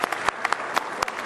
(מחיאות כפיים)